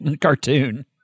cartoon